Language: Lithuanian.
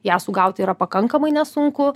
ją sugaut yra pakankamai nesunku